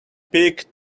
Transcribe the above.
peak